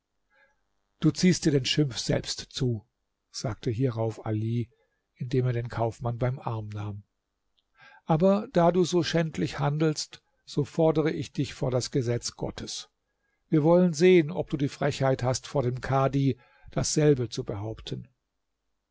du ziehst dir den schimpf selbst zu sagte hierauf ali indem er den kaufmann beim arm nahm aber da du so schändlich handelst so fordere ich dich vor das gesetz gottes wir wollen sehen ob du die frechheit hast vor dem kadhi dasselbe zu behaupten